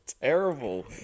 terrible